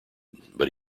but